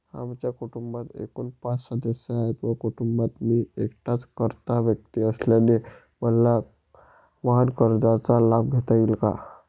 आमच्या कुटुंबात एकूण पाच सदस्य आहेत व कुटुंबात मी एकटाच कर्ता व्यक्ती असल्याने मला वाहनकर्जाचा लाभ घेता येईल का?